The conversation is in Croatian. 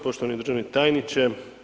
Poštovani državni tajniče.